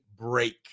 break